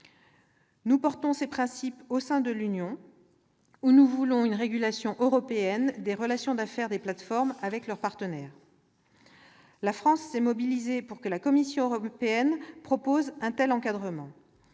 Nous portons ces principes au sein de l'Union, où nous voulons une régulation européenne des relations d'affaires des plateformes avec leurs partenaires. La France s'est mobilisée pour que la Commission européenne propose un tel encadrement,